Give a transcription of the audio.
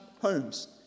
homes